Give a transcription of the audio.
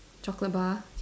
chocolate bar